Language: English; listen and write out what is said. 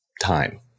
time